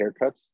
haircuts